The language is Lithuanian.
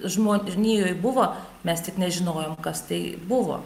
žmonijoj buvo mes tik nežinojom kas tai buvo